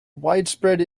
widespread